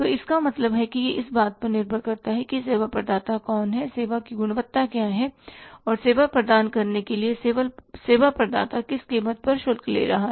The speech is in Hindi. तो इसका मतलब है कि यह इस बात पर निर्भर करता है कि सेवा प्रदाता कौन है सेवा की गुणवत्ता क्या है और सेवा प्रदान करने के लिए सेवा प्रदाता किस कीमत पर शुल्क ले रहा है